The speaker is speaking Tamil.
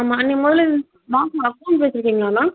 ஆமாம் நீங்கள் முதல்ல பேங்க்ல அகௌண்ட் வச்சிருக்கிங்களா மேம்